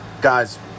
Guys